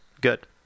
Good